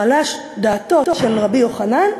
חלשה דעתו של רבי יוחנן.